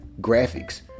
graphics